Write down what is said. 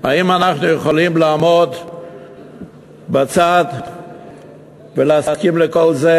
האם אנחנו יכולים לעמוד בצד ולהסכים לכל זה?